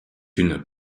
une